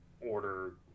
order